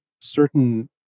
certain